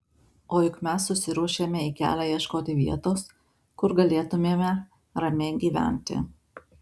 o juk mes susiruošėme į kelią ieškoti vietos kur galėtumėme ramiai gyventi